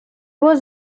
was